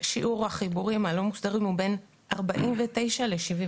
שיעור החיבורים הלא מוסדרים הוא בין 49% ל-78%.